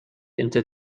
into